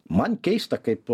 man keista kaip